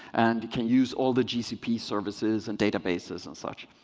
and you can use all the gcp services and databases and such.